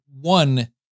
one